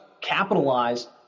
capitalize